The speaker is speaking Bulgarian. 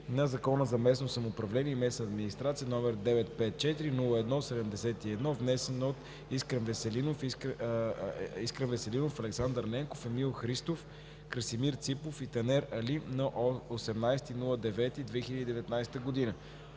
на Закона за местното самоуправление и местната администрация, № 954-01-71, внесен от Искрен Веселинов, Александър Ненков, Емил Христов, Красимир Ципов и Танер Али на 18 септември